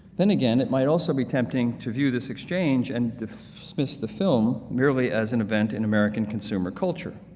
then again it might also be tempting to view this exchange and dismiss the film merely as an event in american consumer culture.